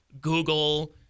Google